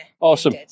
awesome